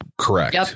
correct